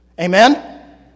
Amen